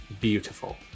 beautiful